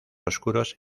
oscuros